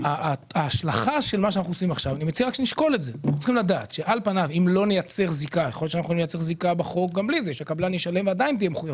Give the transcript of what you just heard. יכול להיות שאם ניצור מצב